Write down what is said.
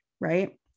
right